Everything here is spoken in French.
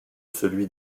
celui